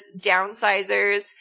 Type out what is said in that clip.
downsizers